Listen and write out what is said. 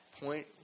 point